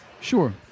Sure